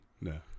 No